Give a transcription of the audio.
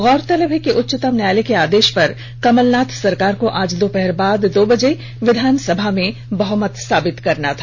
गौरतलब है कि उच्चतम न्यायालय के आदेष पर कमलनाथ सरकार को आज दोपहर बाद दो बजे विधानसभा में बहमत साबित करना था